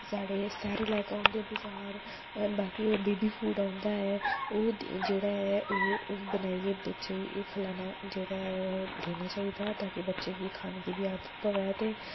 साढ़े सारे कोला बजार बाकी बेबी फूड़ आंदा ऐ ओह् जेह्ड़ा ऐ ओह् बनाइयै बच्चे गी खलाना जेह्ड़ा ऐ ओह् देना चाहिदा तांकि बच्चे गी खाने दी बी आदत पवै ते